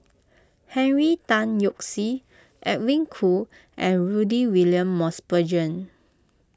Henry Tan Yoke See Edwin Koo and Rudy William Mosbergen